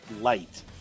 light